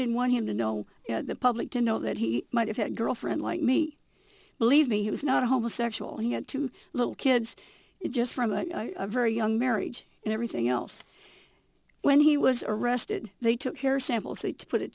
didn't want him to know the public to know that he might have had a girlfriend like me believe me he was not a homosexual he had two little kids just from a very young marriage and everything else when he was arrested they took hair samples they to put